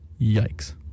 Yikes